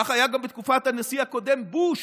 כך היה גם בתקופת הנשיא הקודם בוש